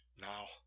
now